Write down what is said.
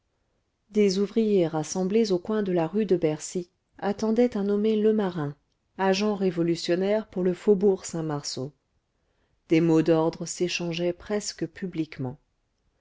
des ouvriers rassemblés au coin de la rue de bercy attendaient un nommé lemarin agent révolutionnaire pour le faubourg saint-marceau des mots d'ordre s'échangeaient presque publiquement